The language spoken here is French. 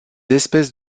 espèces